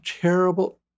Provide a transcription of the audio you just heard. terrible